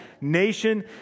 nation